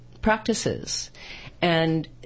practices—and